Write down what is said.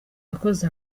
yakoze